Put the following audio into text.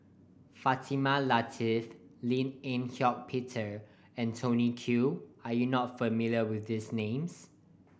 Fatimah Lateef Lim Eng Hock Peter and Tony Khoo are you not familiar with these names